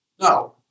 no